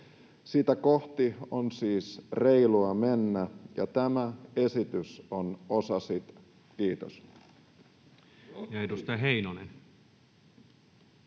Sitä kohti on siis reilua mennä, ja tämä esitys on osa sitä. — Kiitos.